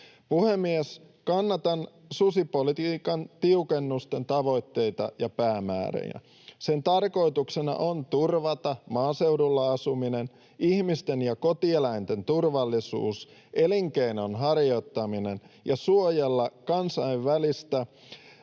Puhemies! Kannatan susipolitiikan tiukennusten tavoitteita ja päämääriä. Sen tarkoituksena on turvata maaseudulla asuminen, ihmisten ja kotieläinten turvallisuus sekä elinkeinon harjoittaminen ja suojella kansainvälisesti